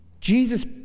Jesus